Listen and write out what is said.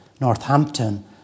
Northampton